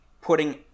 putting